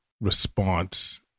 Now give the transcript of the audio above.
response